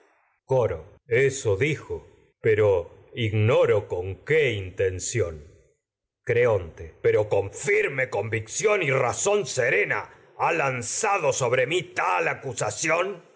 coro eso dijo pero ignoro con qué intención creonte pero con firme convicción y razón sere na ha lanzado sobre lo mi tal acusación